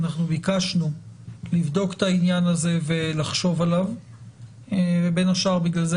אנחנו ביקשנו לבדוק את העניין הזה ולחשוב עליו ובין השאר בגלל זה